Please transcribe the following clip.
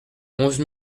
onze